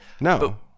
No